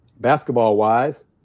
basketball-wise